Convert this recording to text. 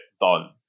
done